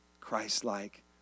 Christ-like